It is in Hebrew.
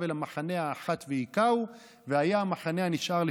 אל המחנה האחת והכהו והיה המחנה הנשאר לפלטה".